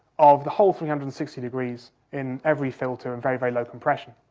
of the whole three hundred and sixty degrees in every filter, and very, very low compression.